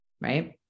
right